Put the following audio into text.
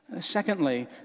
Secondly